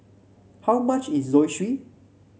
how much is Zosui